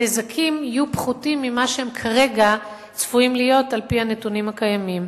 הנזקים יהיו פחותים מאלה שכרגע צפויים על-פי הנתונים הקיימים.